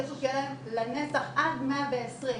הקשר שיהיה להם לנצח עד 120,